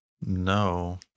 no